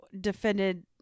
defended